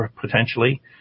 potentially